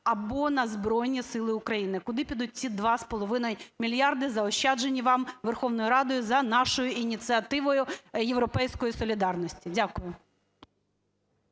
або на Збройні Сили України? Куди підуть ці 2,5 мільярда, заощаджені вам Верховною Радою за нашою ініціативою, "Європейської солідарності"? Дякую.